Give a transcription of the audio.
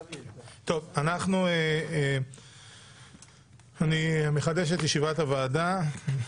בוקר טוב, אני מתכבד לפתוח את ישיבת ועדת הכנסת.